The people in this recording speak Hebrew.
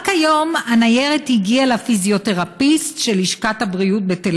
רק היום הניירת הגיעה לפיזיותרפיסט של לשכת הבריאות בתל